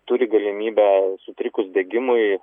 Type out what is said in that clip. turi galimybę sutrikus degimui